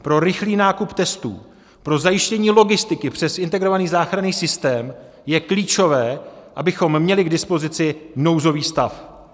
Pro rychlý nákup testů, pro zajištění logistiky přes Integrovaný záchranný systém je klíčové, abychom měli k dispozici nouzový stav.